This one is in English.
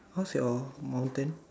how's your mountain